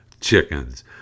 chickens